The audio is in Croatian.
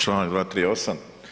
Članak 238.